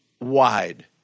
wide